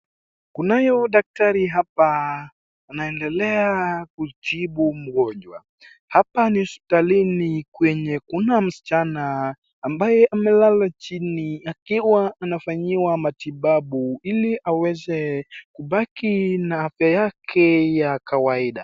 Kunayo daktari hapa anaendelea kutibu mgonjwa, hapa ni hospitalini mwenye kuna msichana ambaye amelala chini akiwa anafanyiwa matibabu ili aweze kubaki na afya yake ya kawaida.